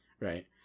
right